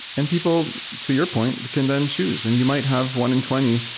and people, to your point, can then choose, and you might have one in twenty,